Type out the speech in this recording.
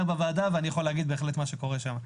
בוועדה ואני יכול להגיד מה קורה שם.